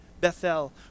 Bethel